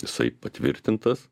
jisai patvirtintas